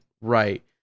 right